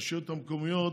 לרשויות המקומיות,